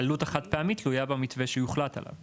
העלות החד פעמית תלויה במתווה שיוחלט עליו.